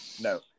No